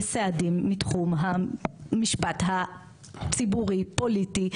יש סעדים מתחום המשפט הציבורי פוליטי,